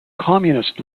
communist